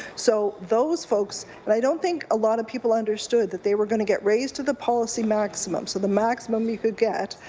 so those folks, but i don't think a lot of people understood they were going to get raised to the policy maximum. so the maximum you could get